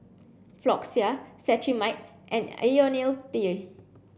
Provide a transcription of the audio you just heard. Floxia Cetrimide and Ionil T